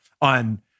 on